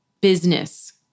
business